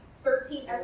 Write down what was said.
Thirteen